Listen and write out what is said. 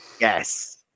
Yes